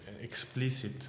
explicit